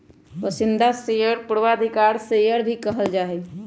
पसंदीदा शेयर के पूर्वाधिकारी शेयर भी कहल जा हई